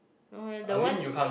no eh the one